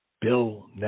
Bill